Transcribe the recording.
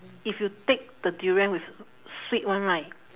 if you take the durian with sweet one right